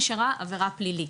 נשארה עבירה פלילית,